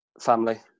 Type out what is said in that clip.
Family